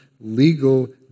legal